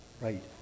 right